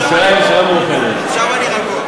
עכשיו אני רגוע.